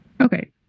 Okay